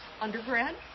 undergrad